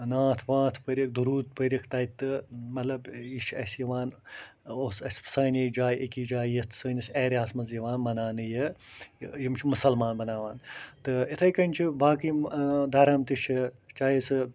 نعتھ واتھ پٔرِکھ دٔروٗد پٔرِکھ تَتہِ تہٕ مطلب یہِ چھُ اَسہِ یِوان اوس اَسہِ سانے جایہِ أکِس جایہِ یَتھ سٲنِس اٮ۪ریاہَس منٛز یِوان مَناونہٕ یہِ یِم چھِ مُسَلمان مَناوان تہٕ یِتھٕے کَنۍ چھُ باقٕے یِم دَرَم تہِ چھِ چاہے سُہ